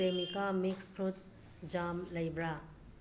Cremica mix fruit jam ꯂꯩꯕ꯭ꯔꯥ